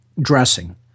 dressing